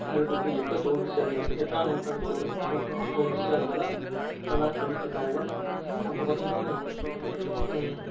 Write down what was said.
கல்வெட்டு பற்றி எப்போ தோன்றுச்சு அது எந் எத்தனாவது நூற்றாண்டு தோ தோ தோன்றுச்சு அந்த மாதிரிலாம் நல்லா சொல்லிகிட்ருந்தாங்க அப்புறம் பார்த்தீங்கன்னா